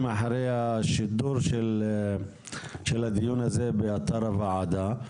אחרי השידור של הדיון הזה באתר הוועדה.